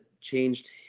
changed